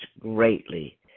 greatly